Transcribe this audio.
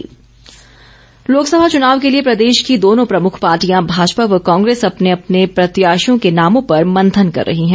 प्रत्याशी लोकसभा चुनाव के लिए प्रदेश की दोनों प्रमुख पार्टियां भाजपा व कांग्रेस अपने अपने प्रत्याशियों के नामों पर मंथन कर रही है